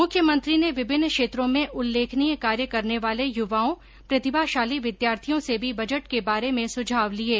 मुख्यमंत्री ने विभिन्न क्षेत्रों में उल्लेखनीय कार्य करने वाले युवाओं प्रतिभाशाली विद्यार्थियों से भी बजट के बारे में सुझाव लिये